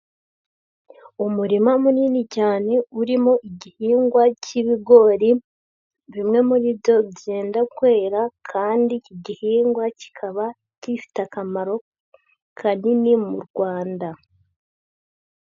Umurima munini cyane urimo igihingwa cy'ibigori, bimwe muri byo byenda kwera kandi iki gihingwa kikaba gifite akamaro kanini mu Rwanda.